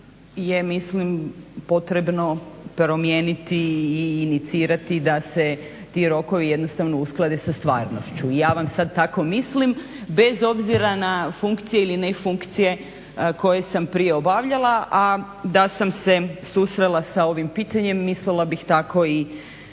je mislim potrebno promijeniti i inicirati da se ti rokovi jednostavno usklade sa stvarnošću. I ja vam sad tako mislim bez obzira na funkcije ili nefunkcije koje sam prije obavljala, a da sam se susrela sa ovim pitanjem mislila bih tako i